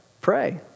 pray